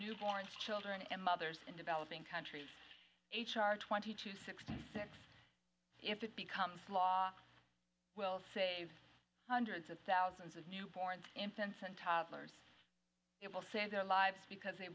newborn children and mothers in developing countries h r twenty two sixty six if it becomes law will save hundreds of thousands of newborn infants and toddlers it will save their lives because they